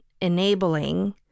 enabling